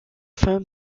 firm